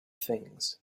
things